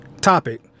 topic